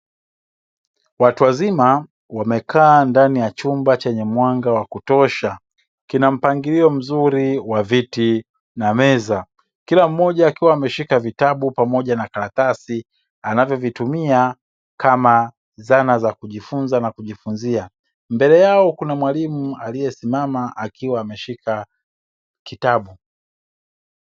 Watuwazima wamekaa ndani ya chumba chenye mwanga wa kutosha kina mpangilio mzuri wa viti na meza, kila mmoja akiwa ameshika vitabu pamoja na karatasi anavyovitumia kama zana za kujifunza na kujifunzia mbele yao kuna mwalimu aliyesimama akiwa ameshika kitabu.